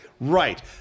right